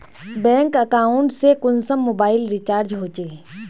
Bank account से कुंसम mobile recharge होचे?